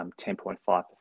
10.5%